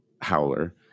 howler